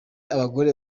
abagore